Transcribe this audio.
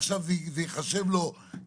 עכשיו זה ייחשב לו כהכנסה,